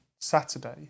Saturday